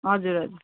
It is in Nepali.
हजुर हजुर